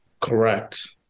Correct